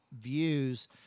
views